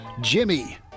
Jimmy